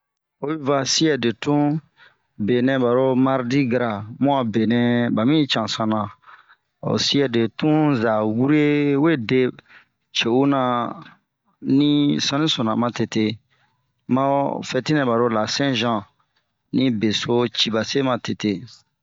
Oyi va Suwɛde tun, benɛ ba ro mardi gara. Bun a benɛ ba mi cansan na ,ho suwɛd tn za wue we de ce'una li sani sona matete, maho fɛti nɛba lo la sɛn zan, li beso be ciba se matete.